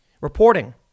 Reporting